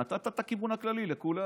נתת את הכיוון הכללי לכולם.